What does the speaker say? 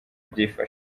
byifashe